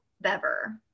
Bever